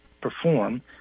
perform